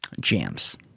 jams